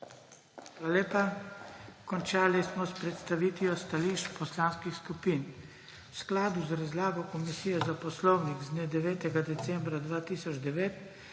Hvala lepa. Končali smo s predstavitvijo stališč poslanskih skupin. V skladu z razlago Komisije za poslovnik z dne 9. decembra 2009